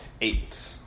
Eight